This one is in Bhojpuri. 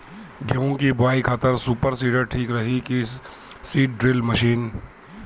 गेहूँ की बोआई खातिर सुपर सीडर ठीक रही की सीड ड्रिल मशीन?